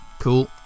Cool